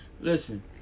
listen